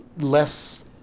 less